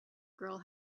girl